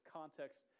context